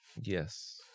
Yes